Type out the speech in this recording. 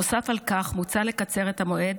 נוסף על כך, מוצע לקצר את המועד